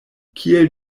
kiel